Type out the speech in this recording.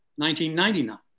1999